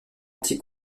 anti